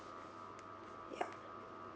yeah